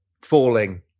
falling